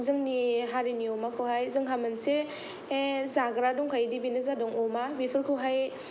जोंनि हारिनि अमाखौहाय जोंहा मोनसे जाग्रा दंखायोदि बेनो जादों अमा बेफोरखौहाय